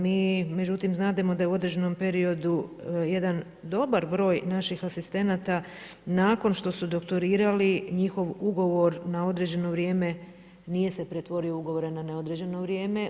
Mi međutim znademo da je u određenom periodu jedan dobar broj naših asistenata nakon što su doktorirali njihov ugovor na određeno vrijeme nije se pretvorio u ugovore na neodređeno vrijeme.